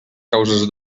causes